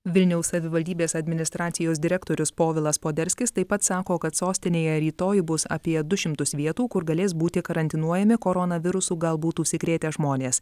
vilniaus savivaldybės administracijos direktorius povilas poderskis taip pat sako kad sostinėje rytoj bus apie du šimtus vietų kur galės būti karantinuojami koronavirusų galbūt užsikrėtę žmonės